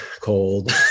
cold